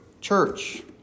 church